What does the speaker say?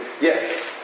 yes